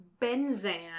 Benzan